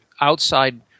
outside